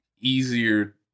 easier